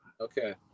Okay